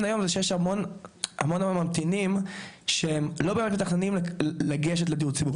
היום שיש המון ממתינים שלא באמת מתכננים לגשת לדיור ציבורי,